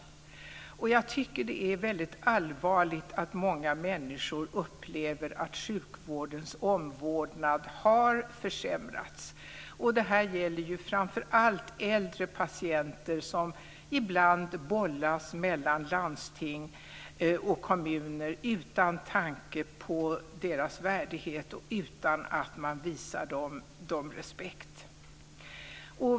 Jag tycker att det är väldigt allvarligt att många människor upplever att sjukvårdens omvårdnad har försämrats. Det gäller framför allt äldre patienter, som ibland bollas mellan landsting och kommuner utan tanke på deras värdighet och utan att man visar dem respekt.